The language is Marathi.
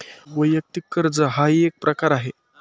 वैयक्तिक कर्ज हाही एक प्रकार आहे